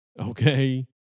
okay